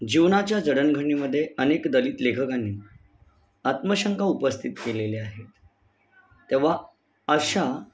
जीवनाच्या जडणघडणीमध्ये अनेक दलित लेखकांनी आत्मशंका उपस्थित केलेले आहेत तेव्हा अशा